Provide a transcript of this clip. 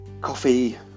coffee